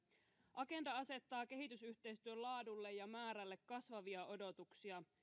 agenda asettaa kehitysyhteistyön laadulle ja määrälle kasvavia odotuksia